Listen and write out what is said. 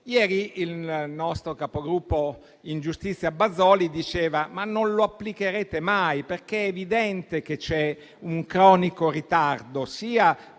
Ieri il nostro capogruppo in Commissione giustizia Bazoli diceva che non lo applicherete mai, perché è evidente che c'è un cronico ritardo sia